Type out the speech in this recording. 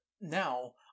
Now